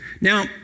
Now